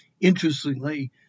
Interestingly